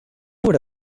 would